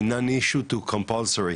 מ- non-issue to compulsory.